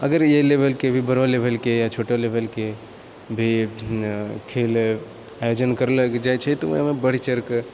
अगर एहि लेवलके भी या बड़ऽ लेवलके या छोटऽ लेवलके भी खेल आयोजन करलऽ जाइ छै तऽ ओहिमे बढ़िचढ़िकऽ